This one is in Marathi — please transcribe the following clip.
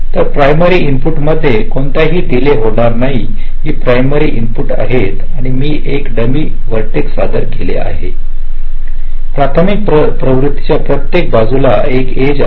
तर प्रायमरी इनपुट मध्ये कोणताही डीले होणार नाही ही प्रायमरी इनपुट आहेत आणि मी एक डमी व्हर्टेक्स सादर केले आहेत प्राथमिक प्रवृत्तिच्या प्रत्येक बाजूला एक एज असेल